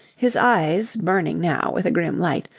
his eyes, burning now with a grim light,